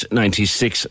ninety-six